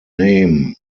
name